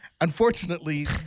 Unfortunately